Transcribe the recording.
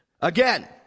Again